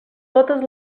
totes